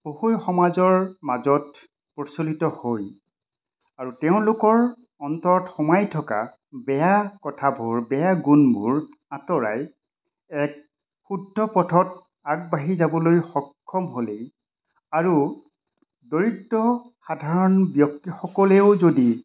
পঢ়ুৱৈ সমাজৰ মাজত প্ৰচলিত হৈ আৰু তেওঁলোকৰ অন্তৰত সোমাই থকা বেয়া কথাবোৰ বেয়া গুণবোৰ আঁতৰাই এক শুদ্ধ পথত আগবাঢ়ি যাবলৈ সক্ষম হ'লেই আৰু দৰিদ্ৰ সাধাৰণ ব্যক্তিসকলেও যদি